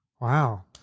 Wow